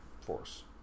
force